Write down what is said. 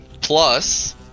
Plus